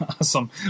Awesome